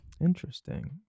Interesting